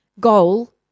goal